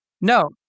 No